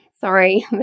Sorry